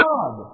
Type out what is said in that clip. God